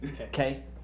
Okay